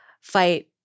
fight